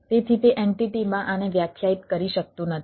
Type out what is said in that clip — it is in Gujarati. તેથી તે એન્ટિટીમાં આને વ્યાખ્યાયિત કરી શકતું નથી